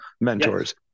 mentors